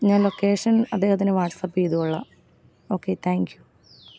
ഞാൻ ലൊക്കേഷൻ അദ്ദേഹത്തിന് വാട്സാപ്പ് ചെയ്തുകൊള്ളാം ഓക്കേ താങ്ക് യു